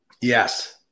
Yes